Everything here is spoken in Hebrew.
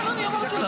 כן, אני אמרתי לך.